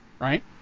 right